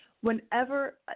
Whenever